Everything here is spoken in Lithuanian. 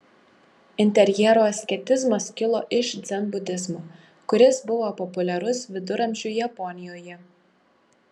interjero asketizmas kilo iš dzenbudizmo kuris buvo populiarus viduramžių japonijoje